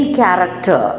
character